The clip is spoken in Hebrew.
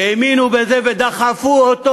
שהאמינו בזה ודחפו אותו,